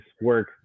work